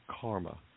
karma